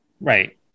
Right